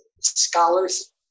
scholars